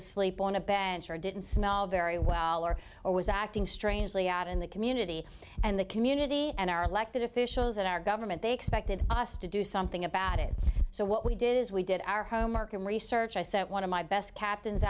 asleep on a bench or didn't smell very well or or was acting strangely out in the community and the community and our elected officials at our government they expected us to do something about it so what we did is we did our homework and research i sent one of my best captains